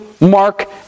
Mark